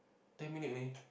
ten minute only